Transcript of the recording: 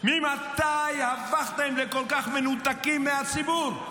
ממתי הפכתם לכל כך מנותקים מהציבור?